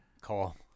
call